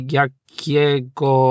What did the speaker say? jakiego